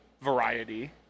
variety